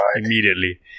Immediately